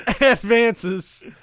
advances